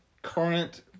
current